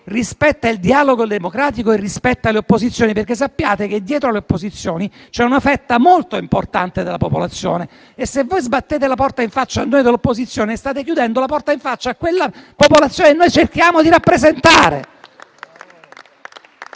rispetta il dialogo democratico e le opposizioni. Sappiate che, dietro alle opposizioni, c'è una fetta molto importante della popolazione. E, se voi sbattete la porta in faccia a noi dell'opposizione, state chiudendo la porta in faccia a quella popolazione che noi cerchiamo di rappresentare.